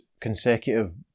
consecutive